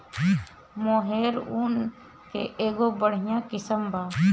मोहेर ऊन के एगो बढ़िया किस्म बा